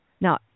Now